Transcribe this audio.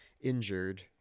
injured